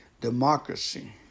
democracy